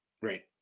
great